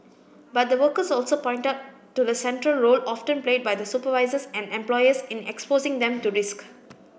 but the workers also pointed to the central role often played by supervisors and employers in exposing them to risks